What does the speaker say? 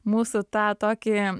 mūsų tą tokį